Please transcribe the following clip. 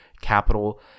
capital